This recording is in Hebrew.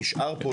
נשאר פה,